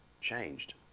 changed